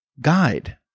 guide